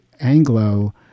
Anglo